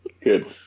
good